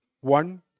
one